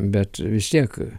bet vis tiek